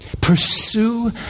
pursue